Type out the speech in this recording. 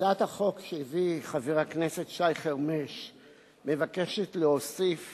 הצעת החוק שהביא חבר הכנסת שי חרמש מבקשת להוסיף